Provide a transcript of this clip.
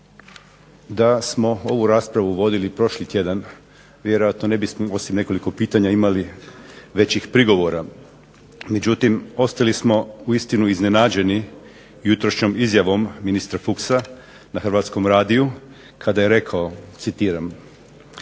Da smo ovu raspravu vodili prošli tjedan vjerojatno ne bismo osim nekoliko pitanja imali većih prigovora. Međutim, ostali smo uistinu iznenađeni jutrašnjom izjavom ministra Fuchsa na Hrvatskom radiju kada je rekao, citiram: